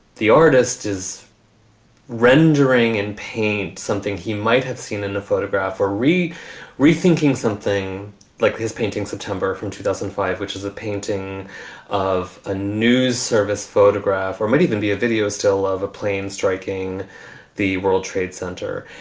the artist is rendering and paint something he might have seen in the photograph or read rethinking something like this painting september from two thousand and five, which is a painting of a news service photograph or might even be a video still ah of a plane striking the world trade center.